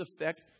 affect